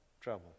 Trouble